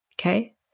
Okay